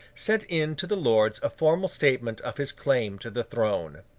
sent in to the lords a formal statement of his claim to the throne.